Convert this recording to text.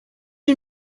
you